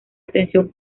atención